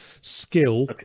Skill